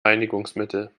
reinigungsmittel